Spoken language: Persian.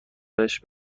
بهش